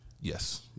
Yes